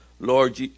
Lord